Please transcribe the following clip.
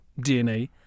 DNA